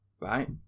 right